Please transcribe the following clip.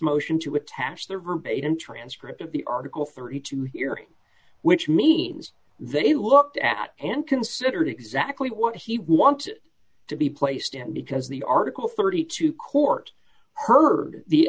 motion to attach their verbatim transcript of the article thirty two hearing which means they looked at and considered exactly what he wanted to be placed in because the article thirty two dollars court heard the